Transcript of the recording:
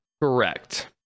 Correct